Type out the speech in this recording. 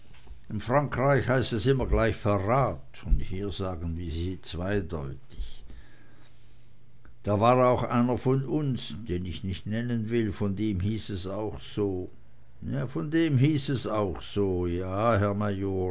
in frankreich heißt es immer gleich verrat und hier sagen sie zweideutig da war auch einer von uns den ich nicht nennen will von dem hieß es auch so von dem hieß es auch so ja herr